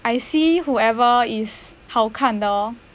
I see whoever is 好看的 lor